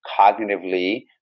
Cognitively